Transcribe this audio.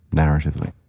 narratively.